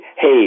hey